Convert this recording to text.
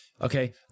Okay